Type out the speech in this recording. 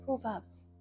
proverbs